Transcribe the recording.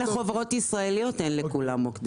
לא לכל החברות הישראליות יש מוקדים.